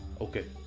Okay